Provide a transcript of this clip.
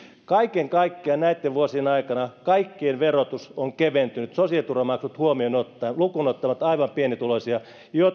kaiken kaikkiaan näitten vuosien aikana kaikkien verotus on keventynyt sosiaaliturvamaksut huomioon ottaen lukuun ottamatta aivan pienituloisia